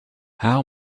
how